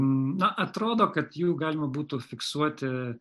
na atrodo kad jų galima būtų fiksuoti